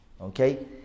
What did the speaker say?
Okay